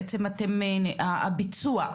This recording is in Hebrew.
בעצם הביצוע,